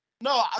No